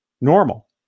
normal